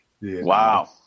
Wow